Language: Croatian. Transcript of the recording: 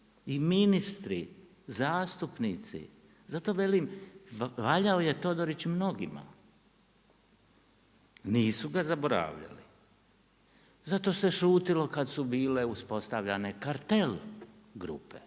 i ministri, zastupnici. Zato velim valjao je Todorić mnogima, nisu ga zaboravljali. Zato se šutilo kada su bile uspostavljane kartel grupe,